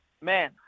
man